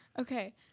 Okay